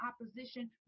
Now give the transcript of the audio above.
opposition